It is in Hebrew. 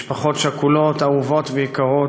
משפחות שכולות אהובות ויקרות,